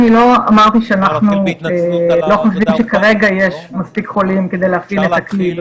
אני לא אמרתי שאנחנו לא חושבים שכרגע יש מספיק חולים כדי להחיל את הכלי.